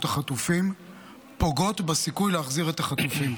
החטופים פוגעות בסיכוי להחזיר את החטופים.